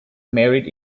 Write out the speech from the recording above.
married